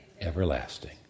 everlasting